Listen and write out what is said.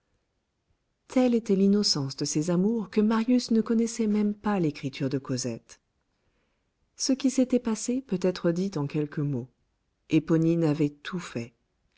telle était l'innocence de ces amours que marius ne connaissait même pas l'écriture de cosette ce qui s'était passé peut être dit en quelques mots éponine avait tout fait